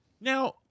Now